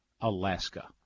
Alaska